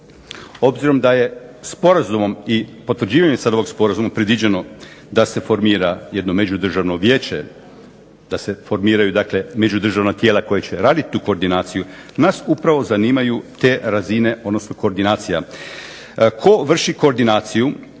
obzirom da je sporazumom i potvrđivanjem sad ovog sporazuma predviđeno da se formira jedno međudržavno vijeće, da se formiraju dakle međudržavna tijela koja će raditi tu koordinaciju, nas upravo zanimaju te razine, odnosno koordinacija. Tko vrši koordinaciju